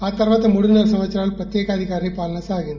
ఆ తరువాత మూడున్న ర సంవత్సరాలు ప్రత్యేకాధికారి పాలన సాగింది